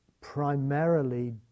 primarily